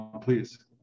please